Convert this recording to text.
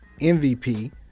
MVP